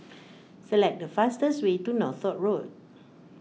select the fastest way to Northolt Road